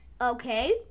Okay